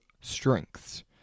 strengths